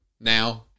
now